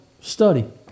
study